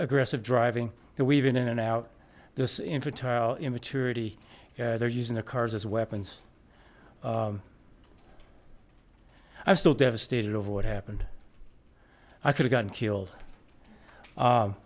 aggressive driving the weaving in and out this infantile immaturity they're using their cars as weapons i'm still devastated over what happened i could have gotten killed